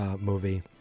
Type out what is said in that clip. movie